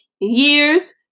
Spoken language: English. years